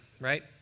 right